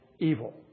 evil